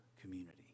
community